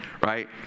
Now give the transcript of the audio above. right